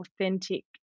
authentic